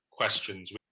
questions